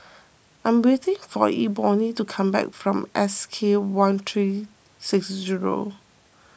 I am waiting for Ebony to come back from S K one three six zero